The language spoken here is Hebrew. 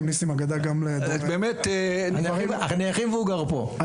אתה הכי מבוגר,